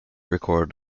record